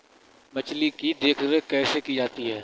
मछली की देखरेख कैसे की जाती है?